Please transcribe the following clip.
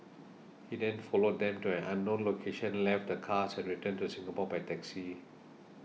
he then followed them to an unknown location left the cars and returned to Singapore by taxi